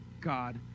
God